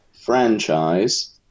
franchise